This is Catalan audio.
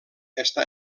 està